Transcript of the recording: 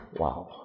Wow